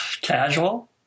Casual